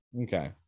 Okay